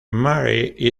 mary